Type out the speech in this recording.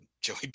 Joey